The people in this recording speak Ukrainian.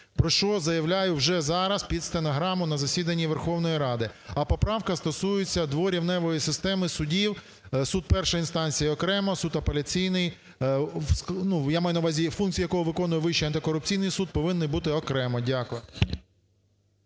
про що заявляю вже зараз, під стенограму, на засіданні Верховної Ради. А поправка стосується дворівневої системи судів, суд першої інстанції окремо, суд апеляційний, я маю на увазі функції якого виконує Вищий антикорупційний суд, повинен бути окремо. Дякую.